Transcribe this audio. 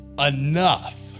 enough